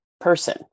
person